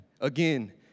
again